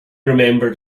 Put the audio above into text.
remembered